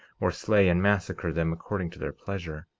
or slay and massacre them according to their pleasure.